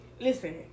listen